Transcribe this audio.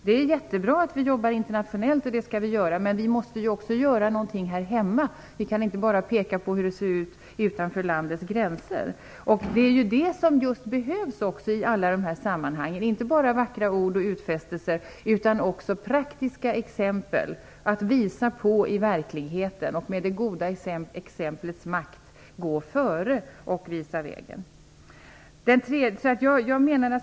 Det är mycket bra att vi jobbar internationellt, och det skall vi göra. Men vi måste också göra något här hemma. Vi kan inte bara peka på hur det ser ut utanför vårt lands gränser. I alla dessa sammanhang behövs inte bara vackra ord och utfästelser utan också praktiska exempel att visa på i verkligheten. Med det goda exemplets makt skall vi gå före och visa vägen.